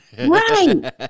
Right